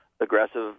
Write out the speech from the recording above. aggressive